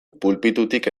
pulpitutik